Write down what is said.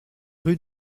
rue